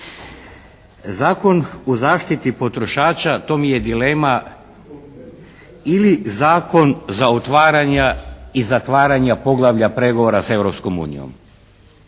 Zakon o zaštiti potrošača, to mi je dilema, ili Zakon za otvaranja i zatvaranja poglavlja pregovora s